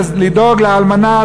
לדאוג לאלמנה,